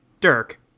Dirk